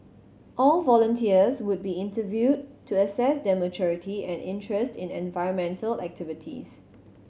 all volunteers would be interviewed to assess their maturity and interest in environmental activities